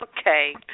Okay